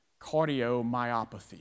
cardiomyopathy